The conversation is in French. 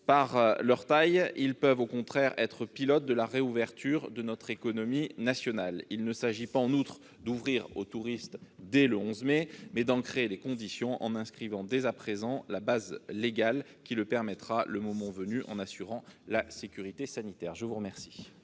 ces territoires peuvent au contraire être « pilotes » de la réouverture de notre économie nationale. Il ne s'agit pas, en outre, d'ouvrir l'accès aux touristes dès le 11 mai, mais d'en créer les conditions en inscrivant dès à présent la base légale qui le permettra, le moment venu, en assurant la sécurité sanitaire. Quel